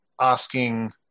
asking